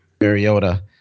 Mariota